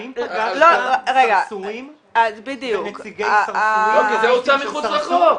האם --- סרסורים ונציגי סרסורים --- זה הוצא מחוץ לחוק.